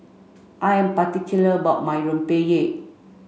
I am particular about my Rempeyek